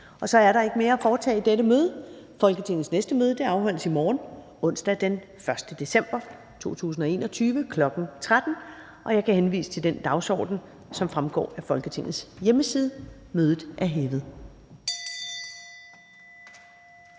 Så er der ikke mere at foretage i dette møde. Folketingets næste møde afholdes i morgen, onsdag den 1. december 2021, kl. 13.00. Jeg kan henvise til den dagsorden, som fremgår af Folketingets hjemmeside. Mødet er hævet.